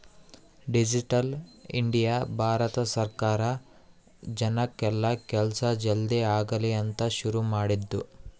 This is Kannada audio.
ಡಿಜಿಟಲ್ ಇಂಡಿಯ ಭಾರತ ಸರ್ಕಾರ ಜನಕ್ ಎಲ್ಲ ಕೆಲ್ಸ ಜಲ್ದೀ ಆಗಲಿ ಅಂತ ಶುರು ಮಾಡಿದ್ದು